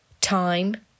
Time